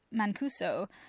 mancuso